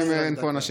גם אם אין פה אנשים.